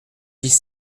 dix